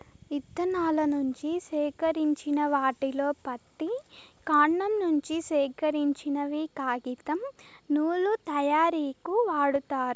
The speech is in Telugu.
ఇత్తనాల నుంచి సేకరించిన వాటిలో పత్తి, కాండం నుంచి సేకరించినవి కాగితం, నూలు తయారీకు వాడతారు